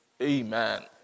Amen